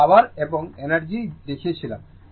আমি পাওয়ার এবং এনার্জি দেখিয়েছিলাম